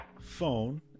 phone